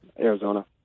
Arizona